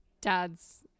dad's